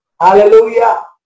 Hallelujah